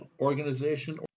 organization